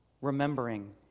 remembering